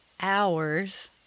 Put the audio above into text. hours